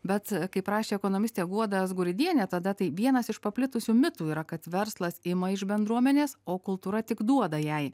bet kaip rašė ekonomistė guoda azguridienė tada tai vienas iš paplitusių mitų yra kad verslas ima iš bendruomenės o kultūra tik duoda jai